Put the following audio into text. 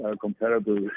comparable